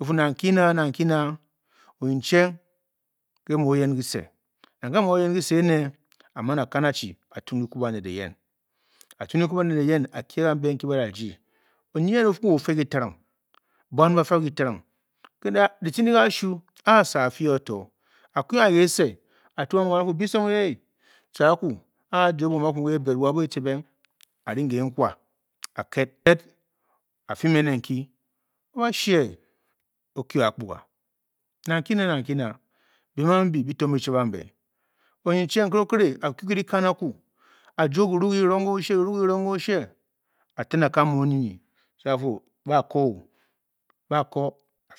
Ofu na kyna na ntyna oyin chank nga mu oyen kese na kele unu oyen kese ne aman okan chi ottun gaku banel eyen o'r ge kan be inthe ba ye mami de oye yen ofu ofe ke tallank wan gafa o'fle ga talleng latin udi gashu a're asa afior tor oku kese o'r tum wan ofu nakuna na intuna be yambi be tong be fah ban epke ocheng otule agu le lekan aku o'jor kelu kulang le oshie aten atam unu oye ye ofu bar kur oh nke ga kule for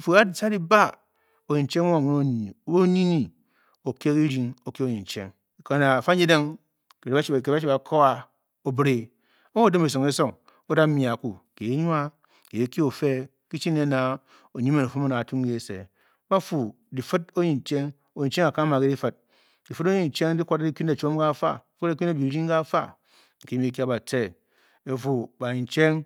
fuka tate ta le ba oyen chenk are oye ye onye ye okior be din oche ochi ose oyellng tudo inthe ba chi bacure o'dem esang esong oeber war atu nen wha offe helchung ne nar oyenen ala tun kese karma he la pel lai pel ochi le kuwale le chom kafa le ba don kapa bacheng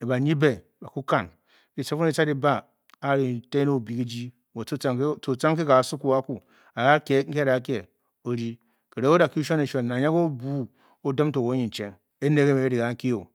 le baye beh in mbe ga kang letileteng le bar ochen obuga ji ter tang ash odie no ya pulugu odim tor wa oyin cheng ine nga ba lee kangenoh